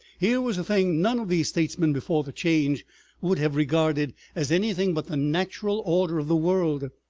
here was a thing none of these statesmen before the change would have regarded as anything but the natural order of the world,